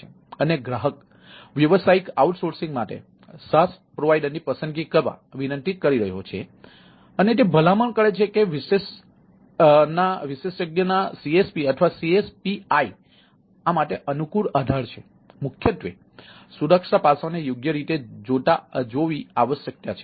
અને ગ્રાહક વ્યવસાયિક આઉટસોર્સિંગ માટે SaaS પ્રોવાઇડરની પસંદગી કરવા વિનંતી કરી રહ્યો છે અને તે ભલામણ કરે છે કે વિશેષના CSP અથવા CSPI આ માટે અનુકૂળ આધાર છે મુખ્યત્વે સુરક્ષા પાસાઓને યોગ્ય રીતે જોતા આવશ્યકતા છે